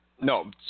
No